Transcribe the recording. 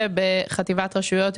חטיבת רשויות,